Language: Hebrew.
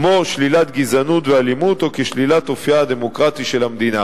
כמו שלילת גזענות ואלימות או שלילת אופיה הדמוקרטי של המדינה.